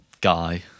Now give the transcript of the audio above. guy